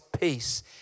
peace